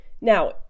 Now